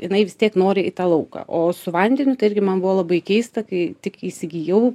jinai vis tiek nori į tą lauką o su vandeniu tai irgi man buvo labai keista kai tik įsigijau